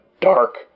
dark